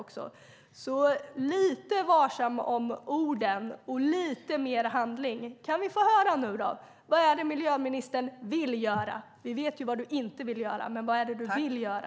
Var lite varsam om orden och visa lite mer handling! Vi vet ju vad miljöministern inte vill göra, men vad är det hon vill göra?